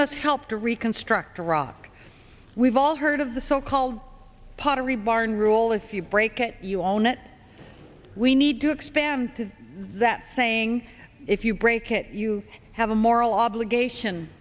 must help to reconstruct iraq we've all heard of the so called pottery barn rule if you break it you own it we need to expand to that saying if you break it you have a moral obligation